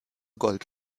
gold